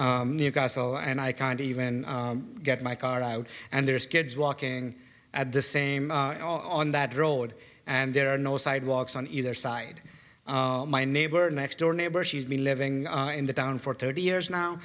newcastle and i can't even get my car out and there's kids walking at the same on that road and there are no sidewalks on either side my neighbor next door neighbor she's been living in the town for thirty years now